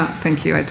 thank you, i do.